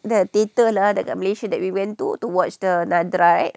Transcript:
the theater lah that the malaysia that we went to to watch the nadrah right